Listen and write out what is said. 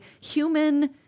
human